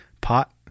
pot